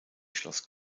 schloss